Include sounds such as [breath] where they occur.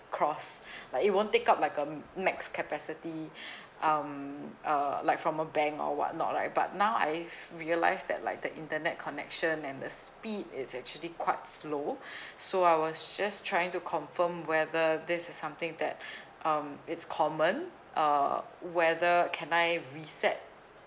cross [breath] like it won't take up like um max capacity [breath] um uh like from a bank or whatnot like but now I've realised that like the internet connection and the speed is actually quite slow [breath] so I was just trying to confirm whether this is something that [breath] um it's common uh whether can I reset